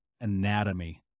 Anatomy